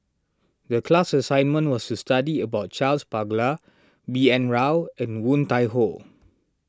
the class assignment was to study about Charles Paglar B N Rao and Woon Tai Ho